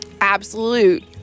Absolute